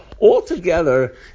Altogether